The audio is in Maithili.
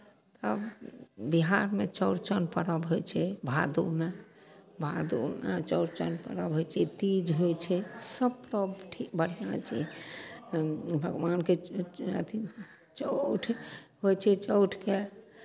तब बिहारमे चौड़चन पर्व होइ छै भादवमे भादवमे चौड़चन पर्व होइ छै तीज होइ छै सभ पर्व ठीक बढ़िआँ छै भगवानके अथि चौठ होइ छै चौठकेँ